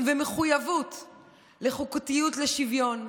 ומחויבות לחוקתיות, לשוויון,